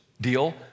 deal